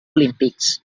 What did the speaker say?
olímpics